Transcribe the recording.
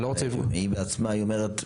היא בעצמה אומרת,